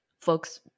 folks